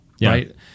right